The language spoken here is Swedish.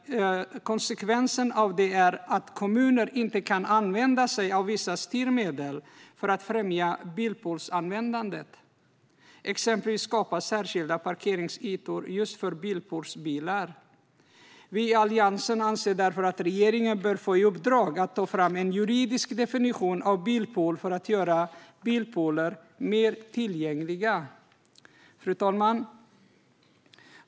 Konsekvensen blir att kommuner inte kan använda sig av vissa styrmedel för att främja bilpoolsanvändande, exempelvis att skapa särskilda parkeringsytor för just bilpoolsbilar. Vi i Alliansen anser därför att regeringen bör få i uppdrag att ta fram en juridisk definition av begreppet bilpool, för att göra de ska göras mer tillgängliga. Fru talman!